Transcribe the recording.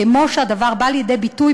כמו שהדבר בא לידי ביטוי